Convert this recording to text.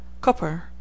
Copper